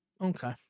Okay